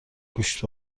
گوشت